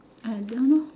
I don't know